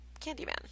Candyman